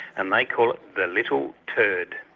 and they call it the little turd.